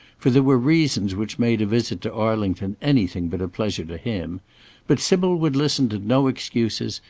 for there were reasons which made a visit to arlington anything but a pleasure to him but sybil would listen to no excuses,